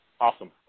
Awesome